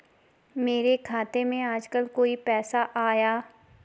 मेरे खाते में आजकल कोई पैसा आया?